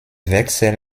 wechsel